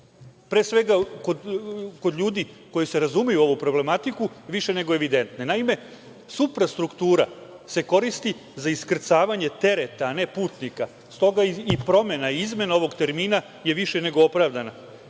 pre svega kod ljudi koji se razumeju u ovu problematiku, više nego evidentne. Naime, suprastruktura se koristi za iskrcavanje tereta, a ne putnika, s toga i promena i izmena ovog termina je više nego opravdana.